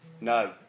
No